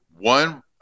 one